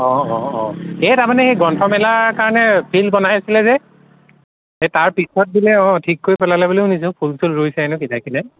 অঁ অঁ অঁ এই তাৰমানে এই গ্ৰন্থমেলাৰ কাৰণে ফিল্ড বনাই আছিলে যে সেই তাৰ পিছত বোলে অঁ ঠিক কৰি পেলালে বুলি শুনিছোঁ ফুল চুল ৰুইছে হেনো কিনাৰে কিনাৰে